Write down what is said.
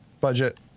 budget